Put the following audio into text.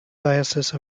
diocese